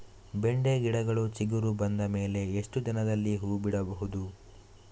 ಬೆಂಡೆ ಗಿಡಗಳು ಚಿಗುರು ಬಂದ ಮೇಲೆ ಎಷ್ಟು ದಿನದಲ್ಲಿ ಹೂ ಬಿಡಬಹುದು?